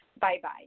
Bye-bye